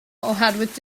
oherwydd